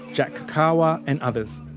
jack kokaua and others.